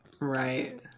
right